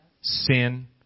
sin